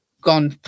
gone